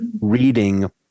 reading